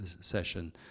session